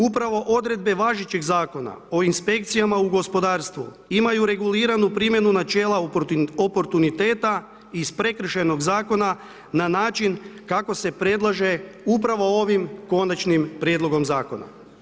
Upravo odredbe važećeg zakona o inspekcijama u gospodarstvu imaju reguliranu primjenu načela oportuniteta iz Prekršajnog zakona na način kako se predlaže upravo ovim Konačnim prijedlogom zakona.